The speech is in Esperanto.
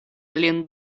lin